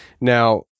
Now